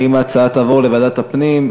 אם ההצעה תעבור לוועדת הפנים.